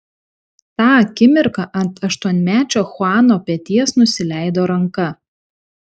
tą akimirką ant aštuonmečio chuano peties nusileido ranka